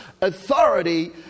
authority